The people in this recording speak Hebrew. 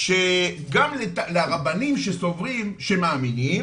גם לרבנים שסוברים שמאמינים,